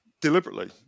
deliberately